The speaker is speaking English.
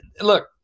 look